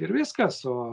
ir viskas o